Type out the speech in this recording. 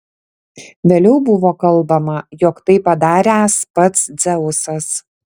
vėliau buvo kalbama jog tai padaręs pats dzeusas